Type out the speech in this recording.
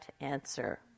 answer